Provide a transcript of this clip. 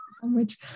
sandwich